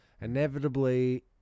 inevitably